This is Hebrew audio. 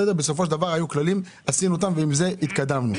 בסופו של דבר קבענו כללים ועם זה התקדמנו.